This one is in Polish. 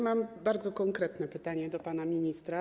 Mam bardzo konkretne pytanie do pana ministra.